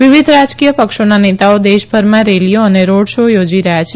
વિવિદ રાજકીય પક્ષોના નેતાઓ દેશભરમાં રેલીઓ અને રોડ શો યોજી રહ્યા છે